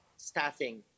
Staffing